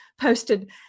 posted